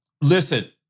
Listen